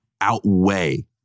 outweigh